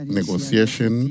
negotiation